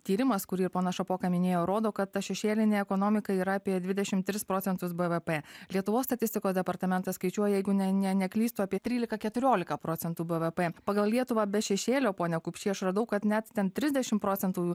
tyrimas kurį ir ponas šapoka minėjo rodo kad ta šešėlinė ekonomika yra apie dvidešim tris procentus bvp lietuvos statistikos departamentas skaičiuoja jeigu ne neklystu apie trylika keturiolika procentų bvp pagal lietuvą be šešėlio pone kupšį aš radau kad net ten trisdešim procentų